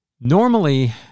Normally